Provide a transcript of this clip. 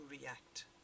react